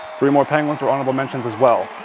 three more penguins were honorable mentions, as well.